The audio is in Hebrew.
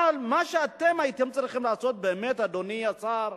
אבל מה שהייתם צריכים לעשות באמת, אדוני השר,